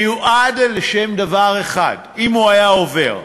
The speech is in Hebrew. מיועד לדבר אחד, אם הוא היה עובר: